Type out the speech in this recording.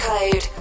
Code